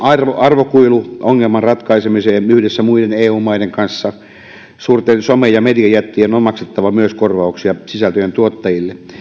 arvokuiluongelman ratkaisemiseen yhdessä muiden eu maiden kanssa myös suurten some ja mediajättien on maksettava korvauksia sisältöjen tuottajille